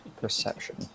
Perception